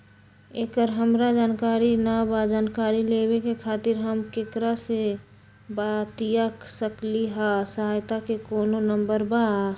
एकर हमरा जानकारी न बा जानकारी लेवे के खातिर हम केकरा से बातिया सकली ह सहायता के कोनो नंबर बा?